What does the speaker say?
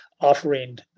offering